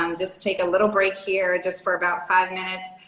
um just take a little break here just for about five minutes.